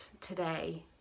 today